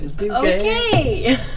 Okay